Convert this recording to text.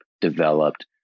developed